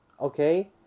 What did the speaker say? okay